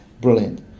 brilliant